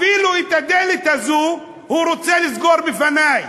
אפילו את הדלת הזאת הוא רוצה לסגור בפני.